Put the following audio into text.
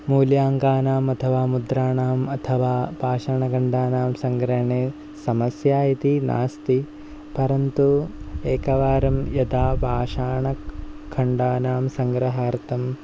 मूल्याङ्कानाम् अथवा मुद्राणाम् अथवा पाषाणखण्डानां सङ्ग्रहणे समस्या इति नास्ति परन्तु एकवारं यदा पाषाणखण्डानां सङ्ग्रहार्थं